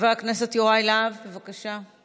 חבר הכנסת יוראי להב, בבקשה,